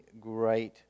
great